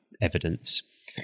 evidence